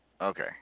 okay